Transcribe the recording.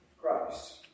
Christ